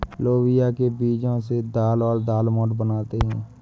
लोबिया के बीजो से दाल और दालमोट बनाते है